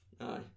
aye